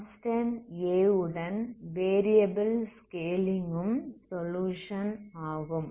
constant a உடன் variables scaling ம் solution ஆகும்